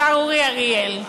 השר אורי אריאל,